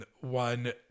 one